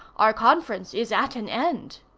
our conference is at an end.